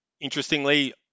interestingly